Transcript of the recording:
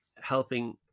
helping